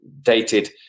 dated